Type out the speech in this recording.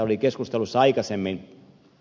muun muassa ed